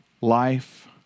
life